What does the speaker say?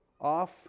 off